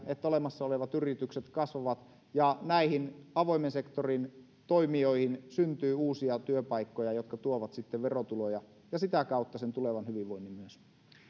että olemassa olevat yritykset kasvavat ja näihin avoimen sektorin toimijoihin syntyy uusia työpaikkoja jotka tuovat sitten verotuloja ja sitä kautta sen tulevan hyvinvoinnin myös